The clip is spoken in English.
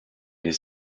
his